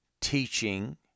teaching